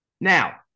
Now